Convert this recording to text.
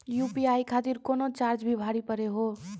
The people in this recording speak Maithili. यु.पी.आई खातिर कोनो चार्ज भी भरी पड़ी हो?